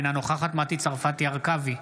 אינה נוכחת מטי צרפתי הרכבי,